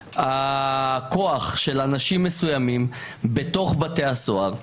הכוח של אנשים מסוימים בתוך בתי הסוהר.